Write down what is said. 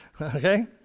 okay